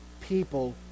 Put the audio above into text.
people